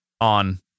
on